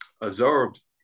observed